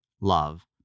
love